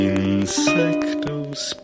Insectos